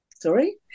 sorry